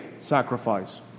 sacrifice